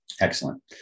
excellent